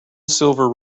silver